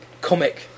Comic